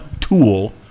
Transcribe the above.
tool